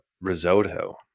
risotto